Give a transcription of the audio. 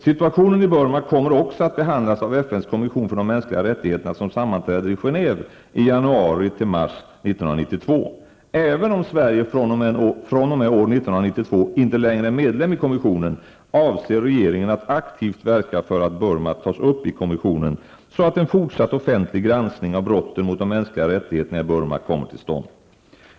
Situationen i Burma kommer också att behandlas av FNs kommission för de mänskliga rättigheterna som sammanträder i Genève i januari--mars 1992. Även om Sverige fr.o.m. år 1992 inte längre är medlem i kommissionen avser regeringen att aktivt verka för att Burma tas upp i kommissionen, så att en fortsatt offentlig granskning av brotten mot de mänskliga rättigheterna i Burma kommer till stånd.